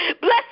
Bless